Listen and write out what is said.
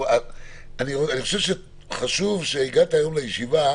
חשוב שהגעת היום לישיבה